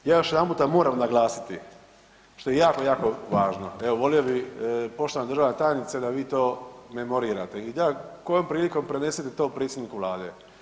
Ja još jedanput moram naglasiti što je jako, jako važno, evo, volio bih, poštovana državna tajnice da vi to memorirate i da kojom prilikom prenesete to predsjedniku Vlade.